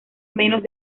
menos